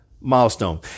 milestone